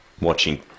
watching